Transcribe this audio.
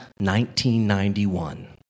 1991